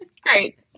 Great